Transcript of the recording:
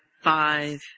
five